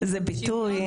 זה ביטוי.